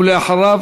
ואחריו,